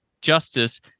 justice